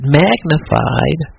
magnified